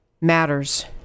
matters